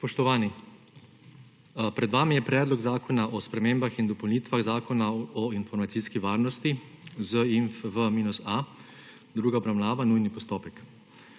Spoštovani! Pred vami je Predlog zakona o spremembah in dopolnitvah Zakona o informacijski varnosti (ZInfV-A), druga obravnava, nujni postopek.